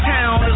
Town